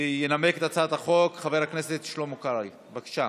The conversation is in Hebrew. ינמק את הצעת החוק חבר הכנסת שלמה קרעי, בבקשה.